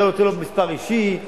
אולי נותן לו מספר אישי,